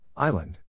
Island